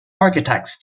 architects